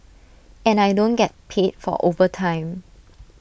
and I don't get paid for overtime